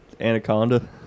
Anaconda